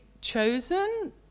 chosen